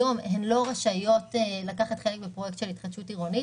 היום הן לא רשאיות לקחת חלק בפרויקטים של התחדשות עירונית,